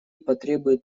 потребуют